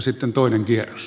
sitten toinen kierros